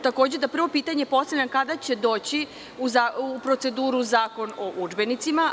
Takođe, prvo pitanje postavljam – kada će doći u proceduru Zakon o udžbenicima?